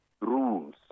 rules